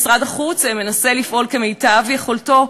משרד החוץ מנסה לפעול כמיטב יכולתו,